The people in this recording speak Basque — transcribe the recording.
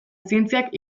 zientziak